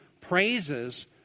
praises